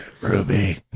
Ruby